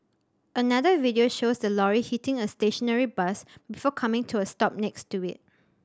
another video shows the lorry hitting a stationary bus before coming to a stop next to it